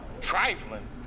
trifling